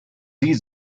sie